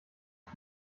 ich